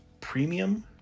premium